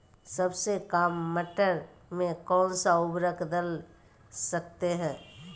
सबसे काम मटर में कौन सा ऊर्वरक दल सकते हैं?